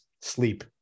sleep